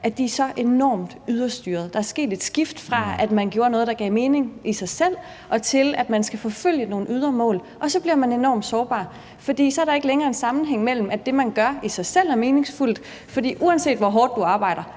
at de er så enormt ydrestyrede. Der er sket et skift fra, at man gjorde noget, der gav mening i sig selv, til, at man skal forfølge nogle ydre mål, og så bliver man enormt sårbar. For så er der ikke længere en sammenhæng, i forhold til at det, man gør, i sig selv er meningsfuldt. For uanset hvor hårdt du arbejder,